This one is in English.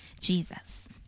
Jesus